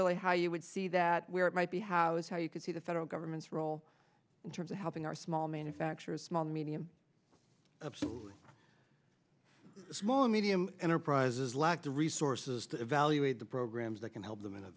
really how you would see that where it might be how it's how you could see the federal government's role in terms of helping our small manufacturers small medium small and medium enterprises lack the resources to evaluate the programs that can help them